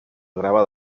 grabado